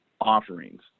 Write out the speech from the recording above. offerings